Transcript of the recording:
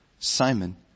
Simon